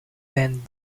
then